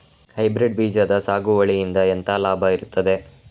Hybrid ಬೀಜದ ಸಾಗುವಳಿಯಿಂದ ಎಂತ ಲಾಭ ಇರ್ತದೆ?